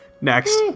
Next